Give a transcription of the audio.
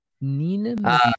Nina